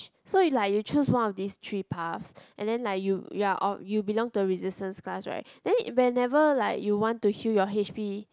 so is like you choose one of these three paths and then like you you're or you belong to the Resistance Class right then whenever like you want to heal your H P